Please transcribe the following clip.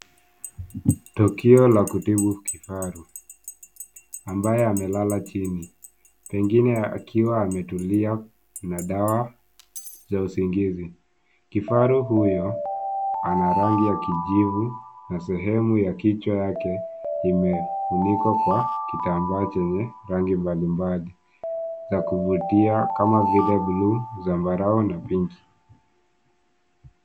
Tukio la kutibu kifaru ambaye amelala chini pengine akiwa ametulia na dawa za usingizi. Kifaru huyo ana rangi ya kijivu na sehemu ya kichwa yake imefunikwa kwa kitamba chenye rangi mbalimbali za kuvutia kama vile blue ,zambarau na pinki.